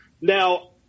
Now